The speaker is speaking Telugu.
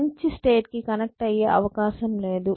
మంచి స్టేట్ కి కనెక్ట్ అయ్యే అవకాశం లేదు